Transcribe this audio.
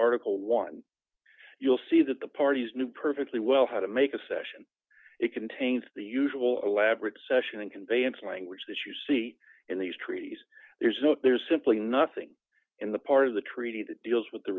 article one you'll see that the parties knew perfectly well how to make a session it contains the usual elaborate session and conveyance language that you see in these treaties there's no there's simply nothing in the part of the treaty that deals with the